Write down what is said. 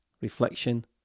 Reflection